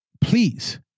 please